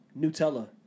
Nutella